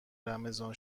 رمضان